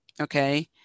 Okay